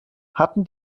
hatten